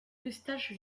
eustache